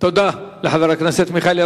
תודה לחבר הכנסת מיכאלי.